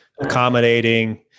accommodating